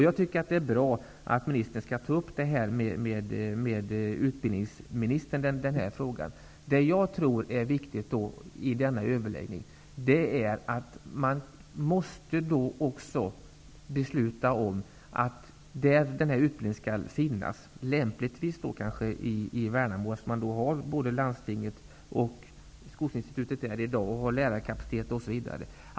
Jag tycker att det är bra att ministern skall ta upp den här frågan med utbildningsministern. Jag tror att det är viktigt att man vid denna överläggning också beslutar om riksrekrytering till den här utbildningen där den skall finnas -- lämpligtvis då kanske i Värnamo, eftersom man där i dag har både Landstinget och Skogsinstitutet och eftersom man har lärarkapacitet, osv.